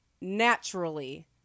naturally